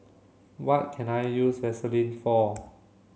what can I use Vaselin for